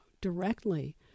directly